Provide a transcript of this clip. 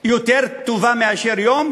יותר טוב מיום?